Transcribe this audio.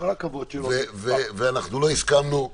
ואנחנו לא הסכמנו.